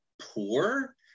poor